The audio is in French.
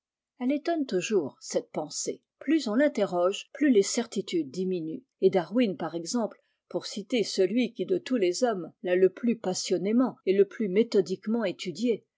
elle étonne toujours cette pensée plus on l'interroge plus les certitudes diminuent et darwin par exemple pour citer celui qui de tous les hommes ta le plus passionnément et le plus méthodiquement étudiée